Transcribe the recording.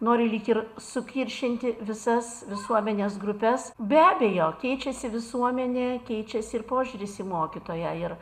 nori lyg ir sukiršinti visas visuomenės grupes be abejo keičiasi visuomenė keičiasi ir požiūris į mokytoją ir